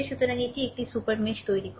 সুতরাং এটি একটি সুপার মেশ তৈরি করে